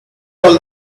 all